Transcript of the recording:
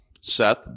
Seth